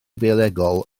biolegol